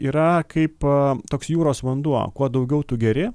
yra kaip toks jūros vanduo kuo daugiau tu geri